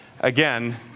again